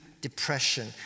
depression